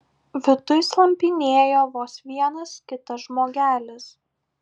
viduj slampinėjo vos vienas kitas žmogelis